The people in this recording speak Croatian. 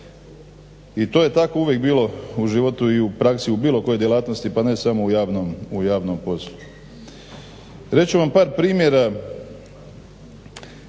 I to je tako uvijek bilo u životu i u praksi i u bilo kojoj djelatnosti pa ne samo u javnom poslu. Reć ću vam par primjera